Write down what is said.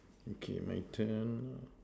okay my turn